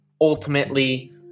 ultimately